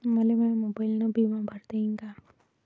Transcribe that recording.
मले माया मोबाईलनं बिमा भरता येईन का?